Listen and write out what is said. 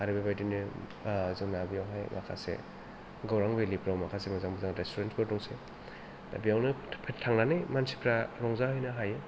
आरो बेबायदिनो जोंना बेवहाय माखासे गौरां भेलिफ्राव माखासे मोजां मोजां रेस्टुरेन्टफोर दंसै दा बेयावनो था थांनानै मानसिफ्रा रंजाहैनो हायो